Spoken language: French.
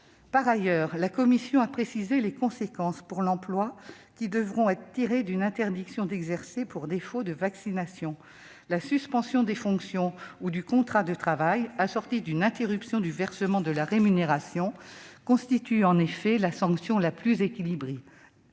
Par ailleurs, la commission a précisé les conséquences pour l'emploi qui devront être tirées de l'interdiction d'exercer pour défaut de vaccination. La suspension des fonctions ou du contrat de travail, assortie d'une interruption du versement de la rémunération, constitue en effet la sanction la plus équilibrée.